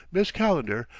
miss calendar,